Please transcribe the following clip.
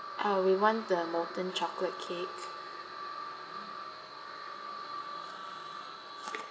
uh we want the molten chocolate cake